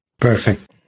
Perfect